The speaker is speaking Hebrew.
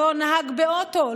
הוא לא נהג באוטו,